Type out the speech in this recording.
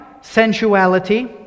sensuality